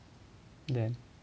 then